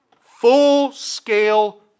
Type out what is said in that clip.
full-scale